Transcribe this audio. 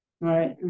Right